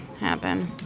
happen